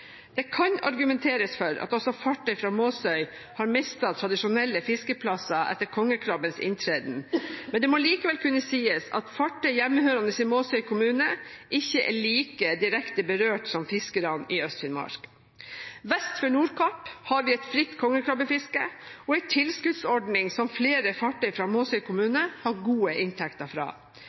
Det kan argumenteres for at også fartøy fra Måsøy har mistet tradisjonelle fiskeplasser etter kongekrabbens inntreden, men det må likevel kunne sies at fartøy hjemmehørende i Måsøy kommune ikke er like direkte berørt som fiskerne i Øst-Finnmark. Vest for Nordkapp har vi et fritt kongekrabbefiske og en tilskuddsordning som flere fartøy fra Måsøy kommune har gode inntekter fra.